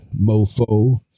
mofo